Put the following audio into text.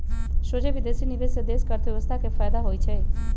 सोझे विदेशी निवेश से देश के अर्थव्यवस्था के फयदा होइ छइ